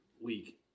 week